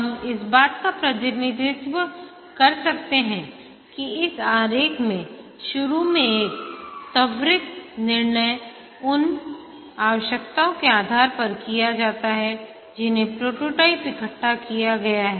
हम इस बात का प्रतिनिधित्व कर सकते हैं कि इस आरेख में शुरू में एक त्वरित निर्णय उन आवश्यकताओं के आधार पर किया जाता है जिन्हें प्रोटोटाइप इकट्ठा किया गया है